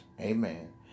Amen